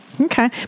Okay